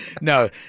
no